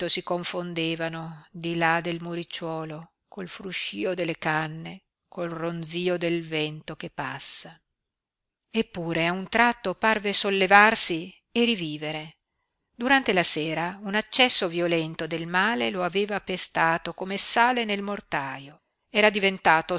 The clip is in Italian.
si confondevano di là del muricciuolo col fruscío delle canne col ronzío del vento che passa eppure a un tratto parve sollevarsi e rivivere durante la sera un accesso violento del male lo aveva pestato come sale nel mortaio era diventato